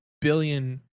billion